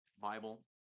Bible